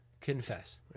confess